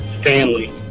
Stanley